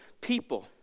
people